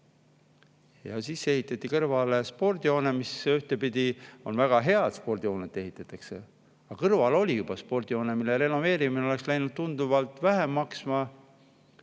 Siis ehitati kõrvale spordihoone. Ühtpidi on väga hea, et spordihoone ehitati, aga kõrval oli juba spordihoone, mille renoveerimine oleks läinud tunduvalt vähem maksma.